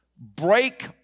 Break